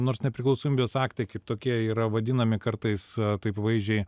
nors nepriklausomybės aktai kaip tokie yra vadinami kartais taip vaizdžiai